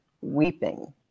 weeping